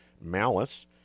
Malice